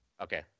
Okay